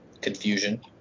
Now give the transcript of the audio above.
confusion